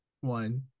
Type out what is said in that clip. One